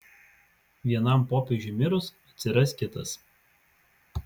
vienam popiežiui mirus atsiras kitas